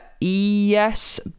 yes